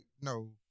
no